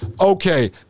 Okay